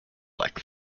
like